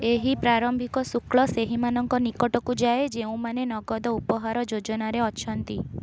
ଏହି ପ୍ରାରମ୍ଭିକ ଶୁଳ୍କ ସେହି ମାନଙ୍କ ନିକଟକୁ ଯାଏ ଯେଉଁମାନେ ନଗଦ ଉପହାର ଯୋଜନାରେ ଅଛନ୍ତି